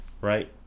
right